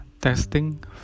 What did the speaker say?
Testing